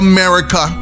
America